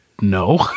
no